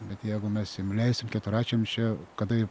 bet jeigu mes jiem leisim keturračiams čia kada jie